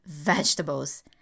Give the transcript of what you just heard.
vegetables